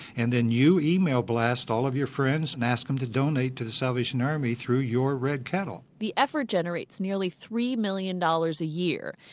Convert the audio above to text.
and then you e-mail blast all of your friends and ask them to donate to the salvation army through your red kettle the effort generates nearly three million dollars a year.